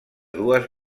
dues